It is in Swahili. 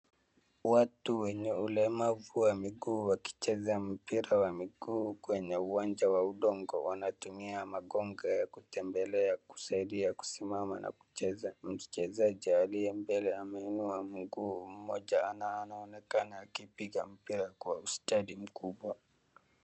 Watu wenye ulemavu wa miguu wakicheza mpira wa miguu kwenye uwanja wa udongo. Wanatumia magogo ya kutembelea kusaidia kusimama na kucheza. Mchezaji aliye mbele ameinua mguu. Mmoja anaonekana akipiga mpira kwa ustadi mkubwa.